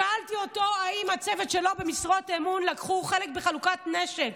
שאלתי אותו אם הצוות שלו במשרות אמון לקח חלק בחלוקת נשק?